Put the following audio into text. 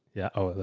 yeah. oh,